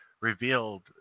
revealed